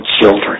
children